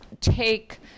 take